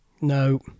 no